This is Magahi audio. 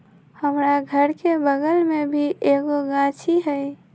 हमरा घर के बगल मे भी एगो गाछी हई